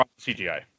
CGI